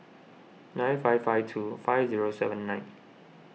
nine five five two five zero seven nine